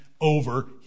over